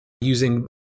using